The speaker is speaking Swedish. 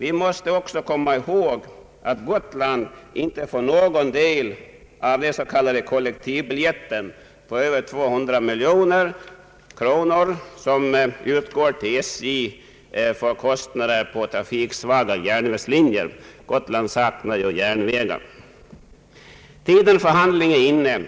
Vi måste också komma ihåg att Gotland inte får någon del av den s.k. kollektivbiljetten på över 200 miljoner kronor som utgår till SJ för kostnader på trafiksvaga järnvägslinjer. Gotland saknar ju järnvägar. Tiden för handling är inne,